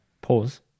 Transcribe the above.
Pause